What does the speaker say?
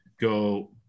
go